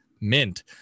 mint